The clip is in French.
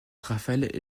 rafael